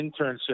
Internship